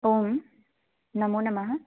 ओं नमो नमः